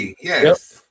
yes